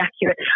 accurate